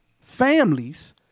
families